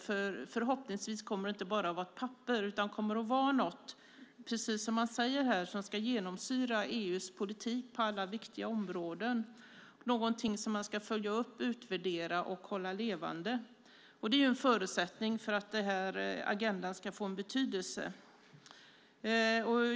Förhoppningsvis kommer det inte att vara bara ett papper utan, precis som man säger här, något som ska genomsyra EU:s politik på alla viktiga områden och som man ska följa upp, utvärdera och hålla levande. Det är en förutsättning för att EU-agendan ska få en betydelse.